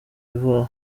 ivoire